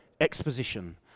exposition